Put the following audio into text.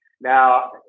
Now